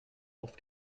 auf